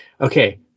Okay